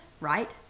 right